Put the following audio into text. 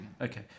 Okay